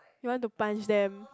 you want to punch them